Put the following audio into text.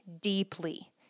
deeply